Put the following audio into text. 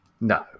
No